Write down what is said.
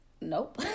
nope